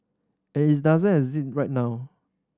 and it doesn't exist right now